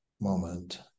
moment